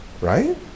right